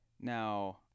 Now